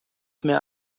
mehr